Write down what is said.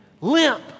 limp